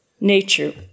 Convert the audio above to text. nature